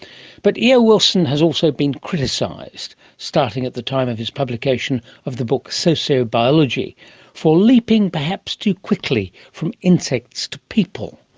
but e. o. wilson has also been criticised starting at the time of his publication of the book sociobiology for leaping perhaps too quickly from insects to people.